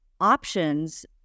options